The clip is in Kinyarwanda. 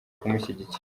kumushyigikira